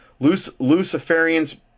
Luciferians